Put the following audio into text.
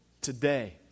Today